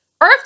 Earth